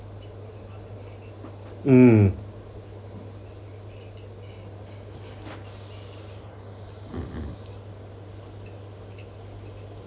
mm